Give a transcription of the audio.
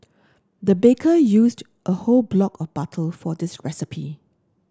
the baker used a whole block of butter for this recipe